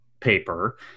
paper